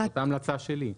זאת ההמלצה שלי.